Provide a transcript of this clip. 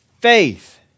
Faith